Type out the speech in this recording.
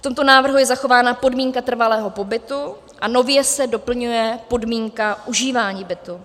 V tomto návrhu je zachována podmínka trvalého pobytu a nově se doplňuje podmínka užívání bytu.